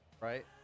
Right